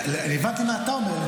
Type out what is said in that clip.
הבנתי מה אתה אומר.